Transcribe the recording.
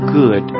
good